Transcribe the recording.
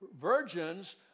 virgins